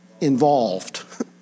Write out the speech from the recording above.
involved